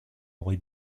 aurait